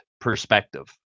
perspective